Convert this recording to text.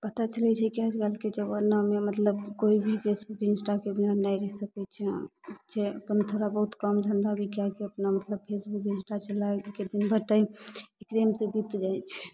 पता चलै छै कि आजकलके जमानामे मतलब कोइ भी फेसबुक इंस्टाके बिना नहि रहि सकै छै अपन थोड़ा बहुत काम धन्धा भी कए कऽ मतलब फेसबुक इंस्टा चलाय कऽ दिनभर टाइम टाइम तऽ बीत जाइ छै